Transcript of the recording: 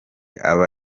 aba